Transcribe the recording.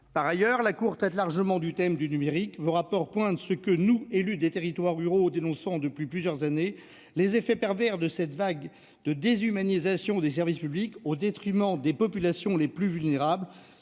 Par ailleurs, la Cour traite largement du thème du numérique. Le rapport relève ce que nous, élus des territoires ruraux, dénonçons depuis plusieurs années : les effets pervers de cette vague de déshumanisation des services publics au détriment des populations les plus vulnérables,